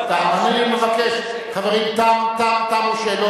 חברים, תמו השאלות.